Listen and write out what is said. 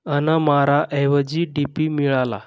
अनमाराऐवजी D P मिळाला